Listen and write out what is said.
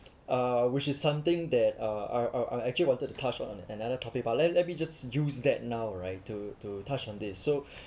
uh which is something that uh I I I actually wanted to touch on another topic but let let me just use that now right to to touch on this so